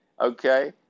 okay